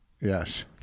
Yes